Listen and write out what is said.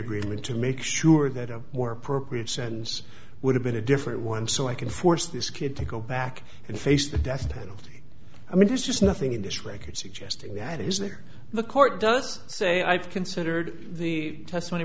agreement to make sure that a more appropriate sentence would have been a different one so i can force this kid to go back and face the death penalty i mean there's just nothing in this record suggesting that is there the court does say i've considered the t